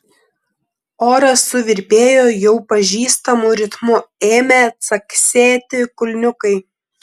oras suvirpėjo jau pažįstamu ritmu ėmė caksėti kulniukai